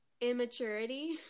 immaturity